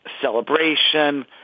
celebration